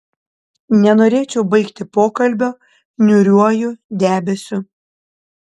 nenorėčiau baigti pokalbio niūriuoju debesiu